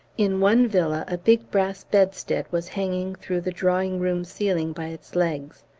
in one villa a big brass bedstead was hanging through the drawing-room ceiling by its legs,